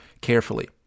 carefully